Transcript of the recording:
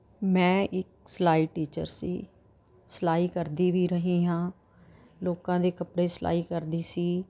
ਮੈਂ ਇੱਕ ਸਿਲਾਈ ਟੀਚਰ ਸੀ ਸਿਲਾਈ ਕਰਦੀ ਵੀ ਰਹੀ ਹਾਂ ਲੋਕਾਂ ਦੇ ਕੱਪੜੇ ਸਿਲਾਈ ਕਰਦੀ ਸੀ